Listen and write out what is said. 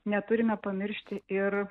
neturime pamiršti ir